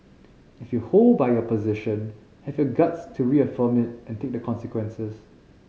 if you hold by your position have your guts to reaffirm it and take the consequences